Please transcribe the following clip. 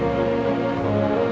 or